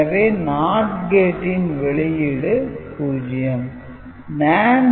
எனவே NOT கேட்டின் வெளியீடு 0